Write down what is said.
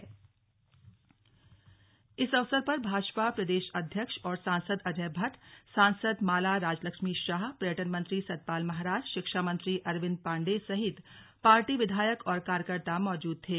slug Modi जन्मदिन CM जारी इस अवसर पर भाजपा प्रदेश अध्यक्ष और सांसद अजय भट्ट सांसद माला राज्यलक्ष्मी शाह पर्यटन मंत्री सतपाल महाराज शिक्षा मंत्री अरविन्द पाण्डेय सहित पार्टी विधायक और कार्यकर्ता मौजूद थे